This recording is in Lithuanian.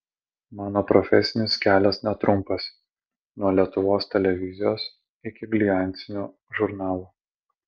mano profesinis kelias netrumpas nuo lietuvos televizijos iki gliancinių žurnalų